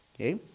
okay